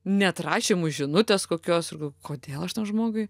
neatrašymu žinutės kokios ir galvo kodėl aš tam žmogui